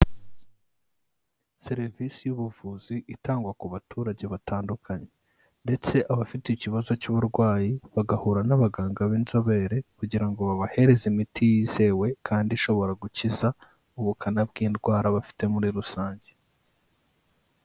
Serivisi y'ubuvuzi itangwa ku baturage batandukanye ndetse abafite ikibazo cy'uburwayi bagahura n'abaganga b'inzobere kugira ngo babahereze imiti yizewe kandi ishobora gukiza ubukana bw'indwara bafite muri rusange.